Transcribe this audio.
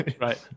right